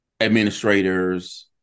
administrators